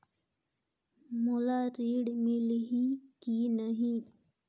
मोला ऋण मिलही की नहीं?